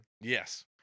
Yes